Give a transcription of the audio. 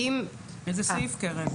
איזה סעיף, קרן?